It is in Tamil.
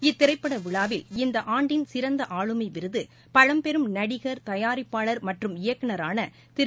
இத்திரைப்பட விழாவில் இந்த ஆண்டின் சிறந்த ஆளுமை விருது பழம்பெரும் நடிகர் தயாரிப்பாளர் மற்றும் இயக்குநரான திரு